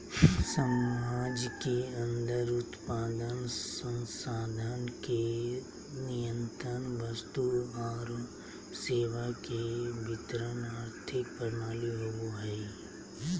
समाज के अन्दर उत्पादन, संसाधन के नियतन वस्तु और सेवा के वितरण आर्थिक प्रणाली होवो हइ